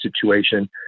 situation